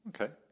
Okay